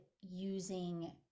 using